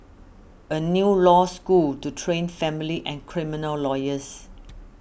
a new law school to train family and criminal lawyers